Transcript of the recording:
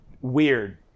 weird